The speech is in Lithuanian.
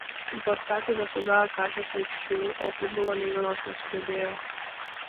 pastatė dafiga kašės aikščių o futbolo nei vienos nesugebėjo